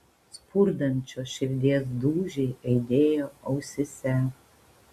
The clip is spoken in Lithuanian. spurdančios širdies dūžiai aidėjo ausyse